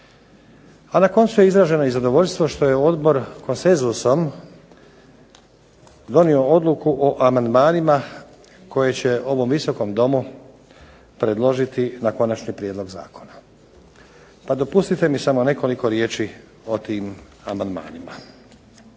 A na koncu je izraženo i zadovoljstvo što je odbor konsenzusom donio odluku o amandmanima koje će ovom visokom Domu predložiti na konačni prijedlog zakona. Pa dopustite mi samo nekoliko riječi o tim amandmanima.